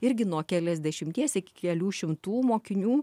irgi nuo keliasdešimties iki kelių šimtų mokinių